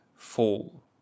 Fall